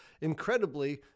incredibly